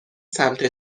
سمت